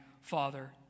Father